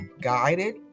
guided